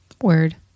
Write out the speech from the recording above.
Word